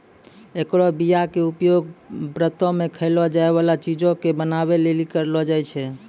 एकरो बीया के उपयोग व्रतो मे खयलो जाय बाला चीजो के बनाबै लेली करलो जाय छै